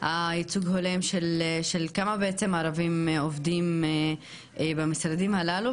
הייצוג ההולם של כמה ערבים עובדים במשרדים הללו,